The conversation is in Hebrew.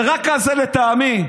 רק על זה, לטעמי,